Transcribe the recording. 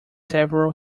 several